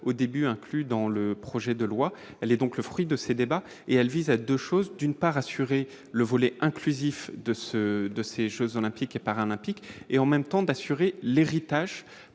au début, inclus dans le projet de loi, elle est donc le fruit de ces débats et elle vise à 2 choses : d'une part, assurer le volet inclusif de ce de ces Jeux olympiques et paralympiques et en même temps, d'assurer l'héritage